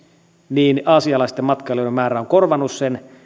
niin aasialaisten matkailijoiden määrä on korvannut sen